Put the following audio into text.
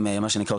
מה שנקרא,